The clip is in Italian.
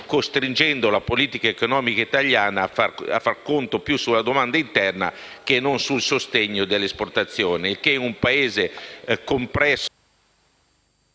costringendo la politica economica italiana a far conto più sulla domanda interna che non sul sostegno delle esportazioni,